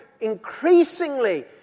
increasingly